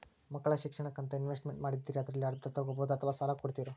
ಮಕ್ಕಳ ಶಿಕ್ಷಣಕ್ಕಂತ ಇನ್ವೆಸ್ಟ್ ಮಾಡಿದ್ದಿರಿ ಅದರಲ್ಲಿ ಅರ್ಧ ತೊಗೋಬಹುದೊ ಅಥವಾ ಸಾಲ ಕೊಡ್ತೇರೊ?